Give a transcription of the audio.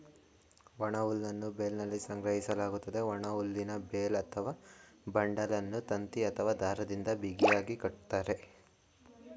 ಒಣಹುಲ್ಲನ್ನು ಬೇಲ್ನಲ್ಲಿ ಸಂಗ್ರಹಿಸಲಾಗ್ತದೆ, ಒಣಹುಲ್ಲಿನ ಬೇಲ್ ಅಥವಾ ಬಂಡಲನ್ನು ತಂತಿ ಅಥವಾ ದಾರದಿಂದ ಬಿಗಿಯಾಗಿ ಕಟ್ತರೆ